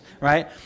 right